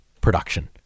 production